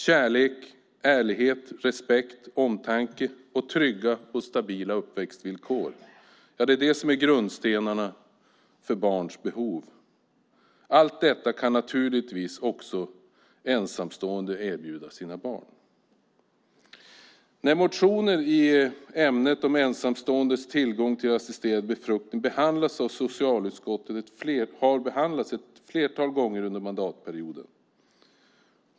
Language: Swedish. Kärlek, ärlighet, respekt, omtanke och trygga och stabila uppväxtvillkor är grundstenarna i barns behov. Allt detta kan naturligtvis också ensamstående erbjuda sina barn. Motioner i ämnet om ensamståendes tillgång till assisterad befruktning har behandlats av socialutskottet ett flertal gånger under mandatperioden.